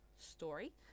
story